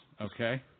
Okay